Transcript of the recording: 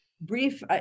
brief